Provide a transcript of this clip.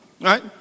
right